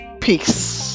Peace